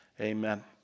Amen